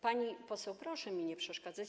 Pani poseł, proszę mi nie przeszkadzać.